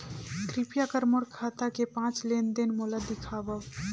कृपया कर मोर खाता के पांच लेन देन मोला दिखावव